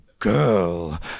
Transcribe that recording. girl